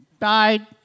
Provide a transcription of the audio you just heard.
died